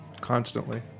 constantly